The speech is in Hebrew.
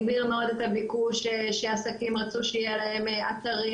הגביר מאוד את הביקוש שעסקים רצו שיהיו להם אתרים